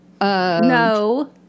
No